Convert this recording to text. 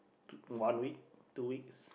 one week two weeks